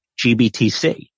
GBTC